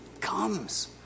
comes